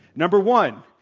number one,